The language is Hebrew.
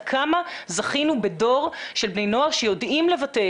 כמה זכינו בדור של בני נוער שיודעים לבטא,